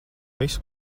visu